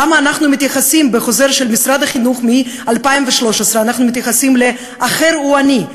למה אנחנו מתייחסים בחוזר של משרד החינוך מ-2013 "האחר הוא אני"?